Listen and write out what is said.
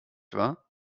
wahr